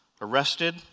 arrested